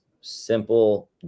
simple